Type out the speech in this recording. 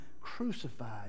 crucified